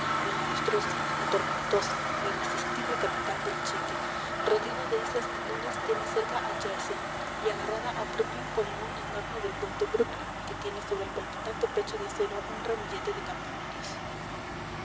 la monstruosa la tormentosa la irresistible capital del cheque rodeada de islas menores tiene cerca a jersey y agarrada a brooklyn con la uña enorme del puente brooklyn que tiene sobre el palpitante pecho de acero un ramillete de campanarios